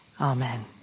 Amen